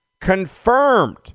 confirmed